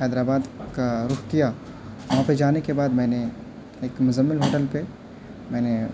حیدر آباد کا رخ کیا وہاں پہ جانے کے بعد میں نے ایک مزمل ہوٹل پہ میں نے